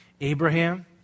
Abraham